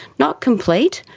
not complete,